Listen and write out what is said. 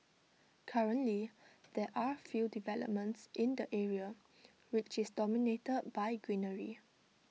currently there are few developments in the area which is dominated by greenery